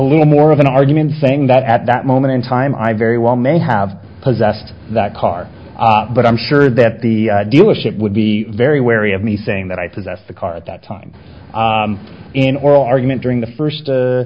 little more of an argument saying that at that moment in time i very well may have possessed that car but i'm sure that the dealership would be very wary of me saying that i possessed the car at that time in oral argument during the first